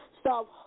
Stop